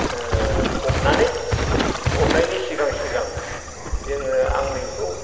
फबनानै फबनायनि सिगां सिगां जोङो आं नैबेखौ